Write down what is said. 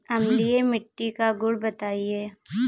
अम्लीय मिट्टी का गुण बताइये